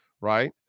right